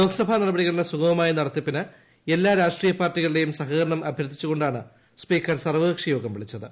ലോകസഭ നടപടികളുടെ സുഗമമായ നടത്തിപ്പിന് എല്ലാ രാഷ്ട്രീയ പാർട്ടികളുടെയും സഹകരണം അഭ്യർത്ഥിച്ചുകൊണ്ടാണ് സ്പീക്കർ സർവ്വകക്ഷിയോഗം വിളിച്ചത്